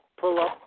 pull-up